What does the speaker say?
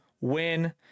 win